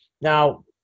now